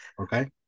Okay